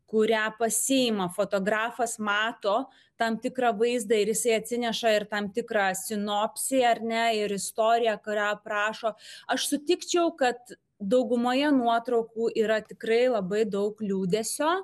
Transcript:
kurią pasiima fotografas mato tam tikrą vaizdą ir visi atsineša ir tam tikrą sinopsį ar ne ir istoriją kurią aprašo aš sutikčiau kad daugumoje nuotraukų yra tikrai labai daug liūdesio